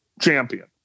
champion